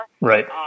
Right